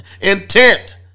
Intent